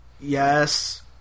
yes